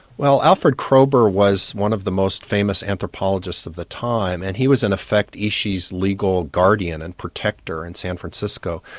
well alfred kroeber was one of the most famous anthropologists of the time and he was in effect ishi's legal guardian and protector in san francisco.